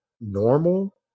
normal